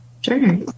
Sure